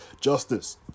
Justice